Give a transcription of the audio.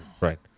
right